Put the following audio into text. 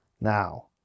now